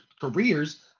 careers